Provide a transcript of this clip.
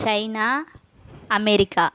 China America